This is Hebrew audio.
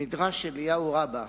במדרש אליהו רבה,